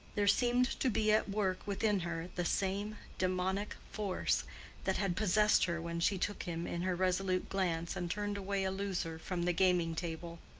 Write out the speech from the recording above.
there seemed to be at work within her the same demonic force that had possessed her when she took him in her resolute glance and turned away a loser from the gaming-table.